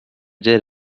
did